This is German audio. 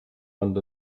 rand